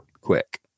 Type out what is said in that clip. quick